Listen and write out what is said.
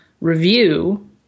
review